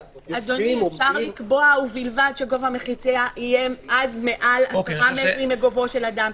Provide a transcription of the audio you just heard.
אפשר לקבוע: ובלבד שגובה המחיצה יהיה עד מעל 10 מטרים מגובהו של אדם.